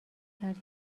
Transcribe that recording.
کرد